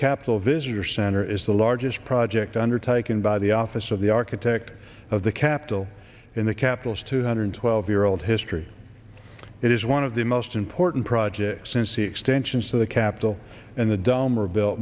capitol visitor center is the largest project undertaken by the office of the architect of the capitol in the capital's two hundred twelve year old history it is one of the most important projects since the extensions to the capitol and the dumb are built